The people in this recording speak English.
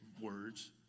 words